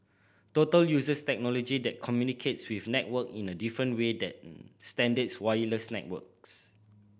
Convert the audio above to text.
total uses technology that communicates with network in a different way than standard wireless networks